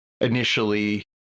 Initially